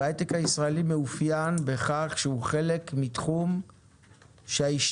והוא מאופיין בכך שהוא חלק מתחום שההשתנות